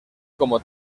como